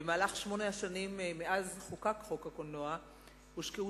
במהלך שמונה השנים מאז חוקק חוק הקולנוע הושקעו